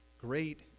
Great